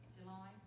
July